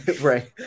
Right